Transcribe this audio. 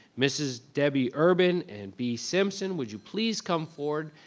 mrs. debbie urban and b simpson, would you please come forward,